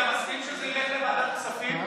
אתה מסכים שזה ילך לוועדת הכספים,